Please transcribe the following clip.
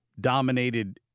dominated